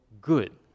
good